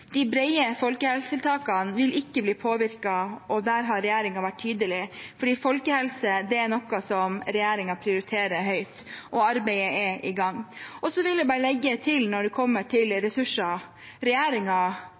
De brede folkehelsetiltakene vil ikke bli påvirket, og der har regjeringen vært tydelig, for folkehelse er noe regjeringen prioriterer høyt, og arbeidet er i gang. Så vil jeg bare legge til når det gjelder ressurser: Arbeiderparti–Senterparti-regjeringen la også inn 2,5 mrd. kr mer til